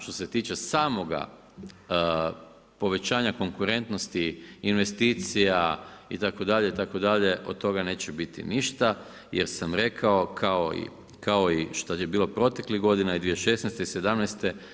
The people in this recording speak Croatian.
Što se tiče samoga povećanja konkurentnosti investicija itd., itd. od toga neće biti ništa jer sam rekao kao i što je bilo proteklih godina i 2016. i 2017.